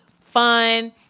fun